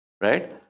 Right